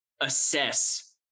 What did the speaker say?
assess